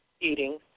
eating